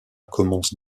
commence